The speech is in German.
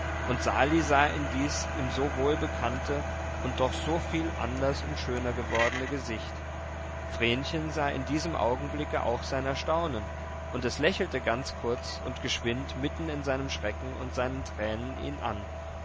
und sali sah in dies ihm so wohlbekannte und doch so viel anders und schöner gewordene gesicht vrenchen sah in diesem augenblicke auch sein erstaunen und es lächelte ganz kurz und geschwind mitten in seinem schrecken und seinen tränen ihn an